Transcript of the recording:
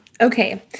Okay